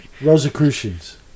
Rosicrucians